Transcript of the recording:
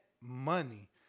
money